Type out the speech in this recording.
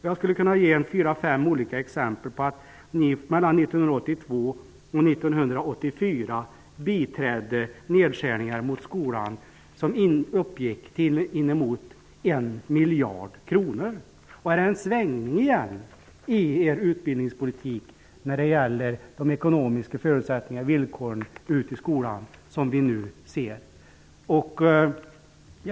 Jag skulle kunna ge fyra fem olika exempel på att ni mellan 1982 och 1984 biträdde nedskärningar inom skolan som uppgick inemot 1 miljard kronor. Är det en svängning i er utbildningspolitik när det gäller de ekonomiska förutsättningarna och villkoren ute i skolan som vi nu ser?